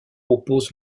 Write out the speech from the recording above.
oppose